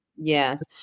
Yes